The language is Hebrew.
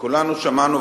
וכולנו שמענו,